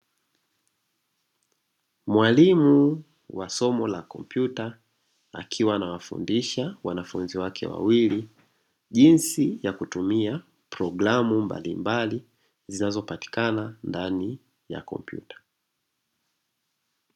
Mwalimu wa somo la kompyuta akiwa anawafundisha wanafunzi wake wawili jinsi ya kutumia programu mbalimbali zinazopatikana ndani ya kompyuta.